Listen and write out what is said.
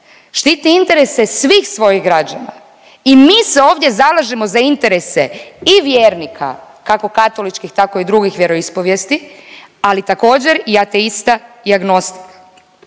štiti interese svih svojih građana. I mi se ovdje zalažemo za interese i vjernika kako katoličkih, tako i drugih vjeroispovijesti, ali također i ateista i agnostika.